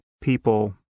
people